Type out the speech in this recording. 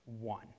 one